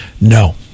No